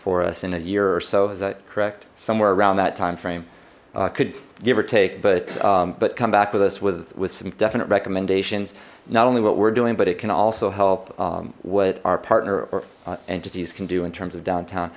for us in a year or so is that correct somewhere around that timeframe could give or take but but come back with us with with some definite recommendations not only what we're doing but it can also help what our partner or entities can do in terms of downtown